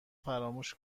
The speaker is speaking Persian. فراموش